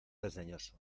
desdeñoso